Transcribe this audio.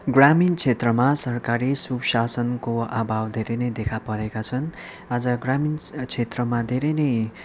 ग्रामिण क्षेत्रमा सरकारी सुसासनको अभाव धेरै नै देखा परेका छन् आज ग्रामिण क्षेत्रमा धेरै नै